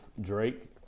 Drake